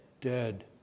Dead